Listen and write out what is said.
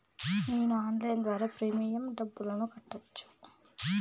నేను ఆన్లైన్ ద్వారా ప్రీమియం డబ్బును కట్టొచ్చా?